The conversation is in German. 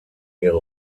ihre